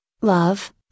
love